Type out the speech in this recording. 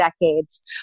decades